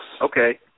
Okay